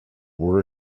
were